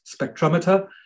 spectrometer